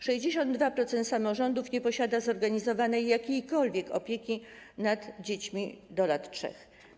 62% samorządów nie ma zorganizowanej jakiejkolwiek opieki nad dziećmi do lat 3.